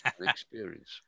experience